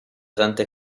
tante